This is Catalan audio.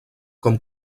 com